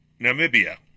Namibia